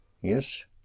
yes